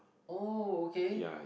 oh okay